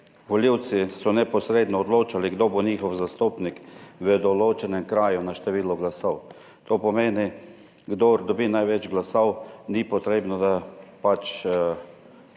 volivci so neposredno odločali, kdo bo njihov zastopnik v določenem kraju na število glasov. To pomeni, kdor dobi največ glasov ni potrebno, da pač